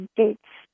dates